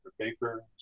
paper